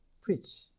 preach